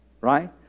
Right